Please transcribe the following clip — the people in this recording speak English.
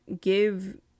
give